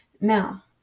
Now